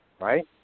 right